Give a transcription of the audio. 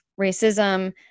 racism